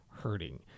hurting